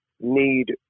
need